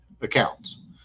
accounts